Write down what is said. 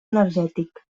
energètic